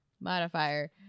modifier